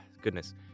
Goodness